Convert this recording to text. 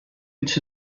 it’s